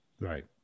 Right